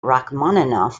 rachmaninoff